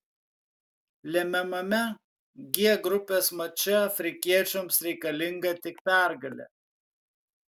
lemiamame g grupės mače afrikiečiams reikalinga tik pergalė